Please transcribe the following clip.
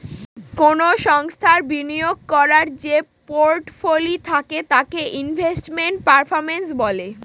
কোনো সংস্থার বিনিয়োগ করার যে পোর্টফোলি থাকে তাকে ইনভেস্টমেন্ট পারফরম্যান্স বলে